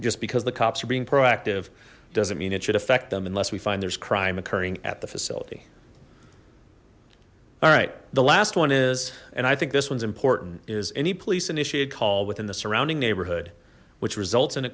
just because the cops are being proactive doesn't mean it should affect them unless we find there's crime occurring at the facility all right the last one is and i think this one's important is any police initiate call within the surrounding neighborhood which results in a